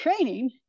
training